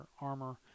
armor